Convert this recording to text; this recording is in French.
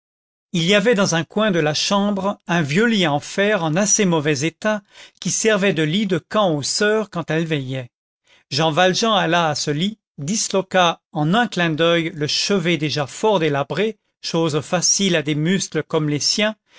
il y avait dans un coin de la chambre un vieux lit en fer en assez mauvais état qui servait de lit de camp aux soeurs quand elles veillaient jean valjean alla à ce lit disloqua en un clin d'oeil le chevet déjà fort délabré chose facile à des muscles comme les siens